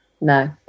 No